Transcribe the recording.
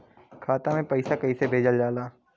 खाता में पैसा कैसे भेजल जाला?